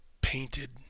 painted